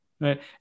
right